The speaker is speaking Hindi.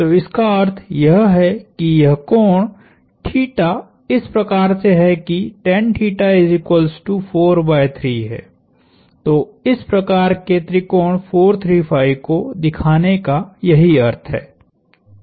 तो इसका अर्थ यह है कि यह कोण इस प्रकार से है कि है तो इस प्रकार के त्रिकोण 4 3 5 को दिखाने का यही अर्थ है